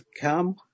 come